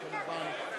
דבר קצר.